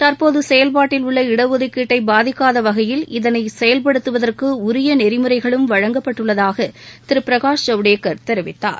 தற்போது செயல்பாட்டில் உள்ள இடஒதுக்கீட்டை பாதிக்காத வகையில் இதனை செயல்படுத்துவதற்கு உரிய நெறிமுறைகளும் வழங்கப்பட்டுள்ளதாக திரு பிரகாஷ் ஜவ்டேகர் தெரிவித்தார்